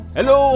Hello